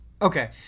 Okay